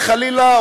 חלילה,